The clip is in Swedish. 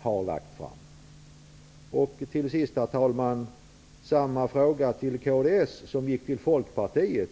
har lagt fram? Till sist, herr talman, vill jag till kds rikta samma fråga som jag riktade till Folkpartiet.